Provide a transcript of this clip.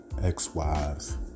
ex-wives